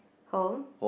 home